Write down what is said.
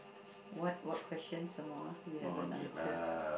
what what question some more ah we haven't answer